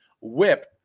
whip